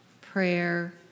prayer